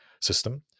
system